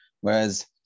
Whereas